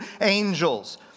angels